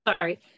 Sorry